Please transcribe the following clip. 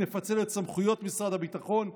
נפצל את סמכויות משרד הביטחון.